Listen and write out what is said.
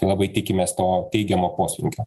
labai tikimės to teigiamo poslinkio